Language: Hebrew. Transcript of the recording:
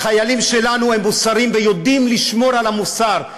החיילים שלנו הם מוסריים, ויודעים לשמור על המוסר.